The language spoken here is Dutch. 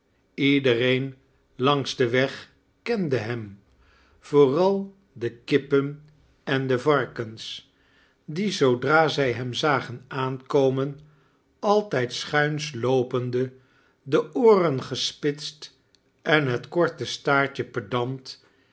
iedereen langs den weg kende hem vooral de kippen en de vartens die zoodra zij hem zagen aankomen altijd schuins loopende de ooren gespitst en het korte staartje pedant